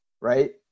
right